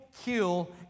kill